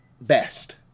best